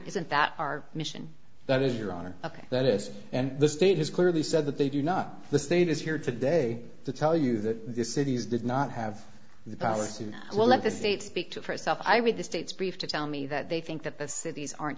isn't that our mission that is your honor ok that is and the state has clearly said that they do not the state is here today to tell you that the city's did not have the power to not let the state speak to for itself i read the state's brief to tell me that they think that the cities aren't